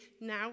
Now